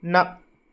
न